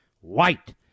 white